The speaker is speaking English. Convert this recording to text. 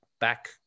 back